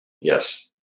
Yes